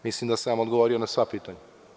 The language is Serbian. Mislim da sam vam odgovorio na sva pitanja.